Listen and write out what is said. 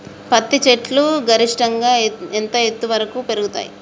పత్తి చెట్లు గరిష్టంగా ఎంత ఎత్తు వరకు పెరుగుతయ్?